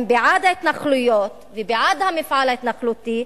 בעד ההתנחלויות ובעד המפעל ההתנחלותי,